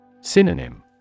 Synonym